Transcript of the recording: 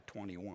21